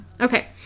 okay